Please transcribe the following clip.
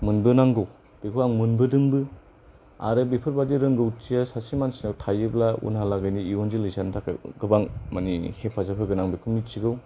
मोनबोनांगौ बेखौ आं मोनदोंबो आरो बेफोरबादि रोंगौथिआ सासे मानसिनाव थायोब्ला उनहालागैनो इयुन जोलैसानि थाखाय गोबां मानि हेफाजाब होगोन आं बेखौ मिथिगौ